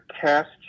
cast